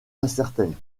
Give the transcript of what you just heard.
incertaine